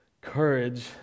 courage